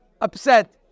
upset